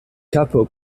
kapo